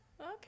Okay